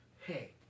Hey